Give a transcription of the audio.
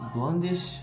Blondish